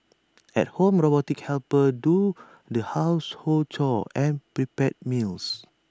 at home robotic helpers do the household chores and prepare meals